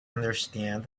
understand